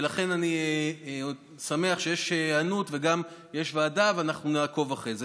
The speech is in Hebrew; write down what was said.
ולכן אני שמח שיש היענות וגם יש ועדה ואנחנו נעקוב אחרי זה.